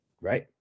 Right